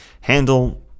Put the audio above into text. handle